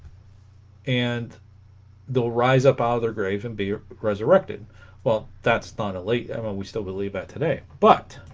and they'll rise up out of their grave and be resurrected well that's not a late yeah mo we still believe that today but